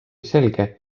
selge